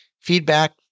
Feedback